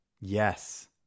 Yes